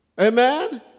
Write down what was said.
Amen